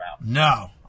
No